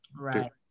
Right